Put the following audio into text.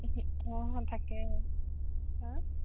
অঁ অঁ তাকেহে হা